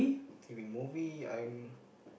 t_v movie I'm